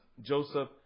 Joseph